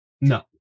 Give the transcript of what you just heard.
no